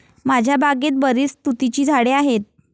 माझ्या बागेत बरीच तुतीची झाडे आहेत